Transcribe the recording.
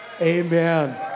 amen